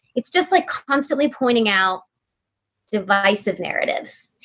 it's just like constantly pointing out divisive narratives.